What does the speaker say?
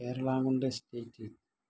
കേരളാമുണ്ട estate